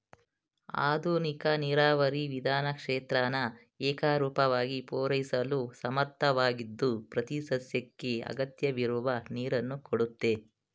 ಆಧುನಿಕ ನೀರಾವರಿ ವಿಧಾನ ಕ್ಷೇತ್ರನ ಏಕರೂಪವಾಗಿ ಪೂರೈಸಲು ಸಮರ್ಥವಾಗಿದ್ದು ಪ್ರತಿಸಸ್ಯಕ್ಕೆ ಅಗತ್ಯವಿರುವ ನೀರನ್ನು ಕೊಡುತ್ತೆ